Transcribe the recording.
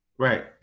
Right